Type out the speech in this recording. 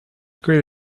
agree